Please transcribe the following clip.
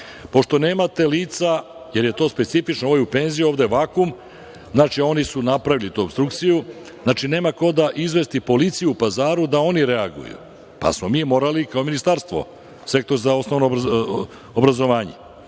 Pošto nemate lica, jer je to specifično ovaj u penziji, ovde vakum, znači oni su napravili opstrukciju, nema ko da izvesti policiju u Pazaru da oni reaguju, pa smo mi morali, kao ministarstvo, Sektor za osnovno obrazovanje